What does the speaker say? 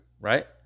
right